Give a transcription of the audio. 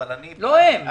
לא הם.